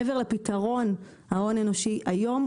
מעבר לפתרון ההון האנושי היום,